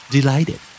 Delighted